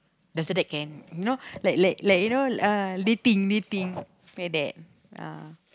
then after that can like you know uh dating dating like that